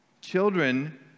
Children